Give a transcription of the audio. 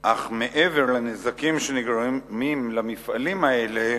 אך מעבר לנזקים שנגרמים למפעלים האלה,